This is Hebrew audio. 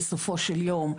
בסופו של יום,